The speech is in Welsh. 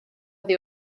oddi